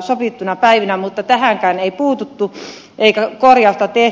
sovittuina päivinä mutta tähänkään ei puututtu eikä korjausta tehty